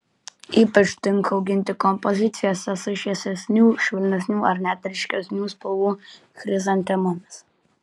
ypač tinka auginti kompozicijose su šviesesnių švelnesnių ar net ryškesnių spalvų chrizantemomis